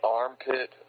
armpit